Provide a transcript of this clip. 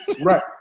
Right